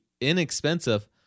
inexpensive